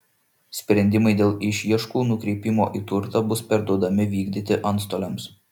sprendimai dėl išieškų nukreipimo į turtą bus perduodami vykdyti antstoliams